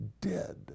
dead